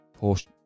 Porsche